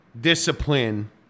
discipline